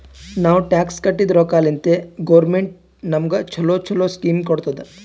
ನಾವ್ ಟ್ಯಾಕ್ಸ್ ಕಟ್ಟಿದ್ ರೊಕ್ಕಾಲಿಂತೆ ಗೌರ್ಮೆಂಟ್ ನಮುಗ ಛಲೋ ಛಲೋ ಸ್ಕೀಮ್ ಕೊಡ್ತುದ್